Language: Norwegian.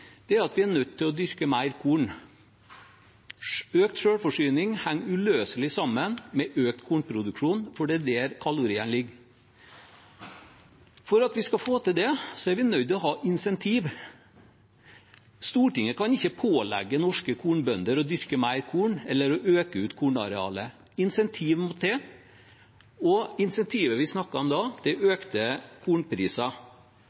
er at vi er nødt til å dyrke mer korn. Økt selvforsyning henger uløselig sammen med økt kornproduksjon, for det er der kaloriene ligger. For at vi skal få til det, er vi nødt til å ha insentiv. Stortinget kan ikke pålegge norske kornbønder å dyrke mer korn eller å øke kornarealet. Insentiv må til, og insentivet vi snakker om da,